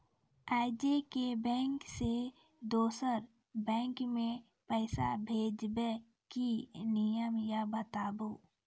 आजे के बैंक से दोसर बैंक मे पैसा भेज ब की नियम या बताबू?